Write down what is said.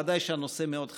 ודאי כשהנושא מאוד חם,